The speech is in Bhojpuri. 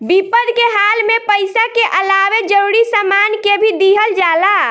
विपद के हाल में पइसा के अलावे जरूरी सामान के भी दिहल जाला